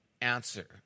answer